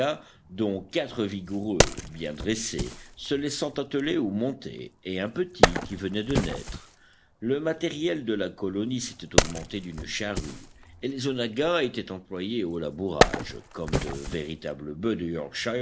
dont quatre vigoureux bien dressés se laissant atteler ou monter et un petit qui venait de naître le matériel de la colonie s'était augmenté d'une charrue et les onaggas étaient employés au labourage comme de véritables